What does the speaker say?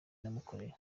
namukoreye